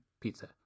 pizza